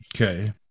Okay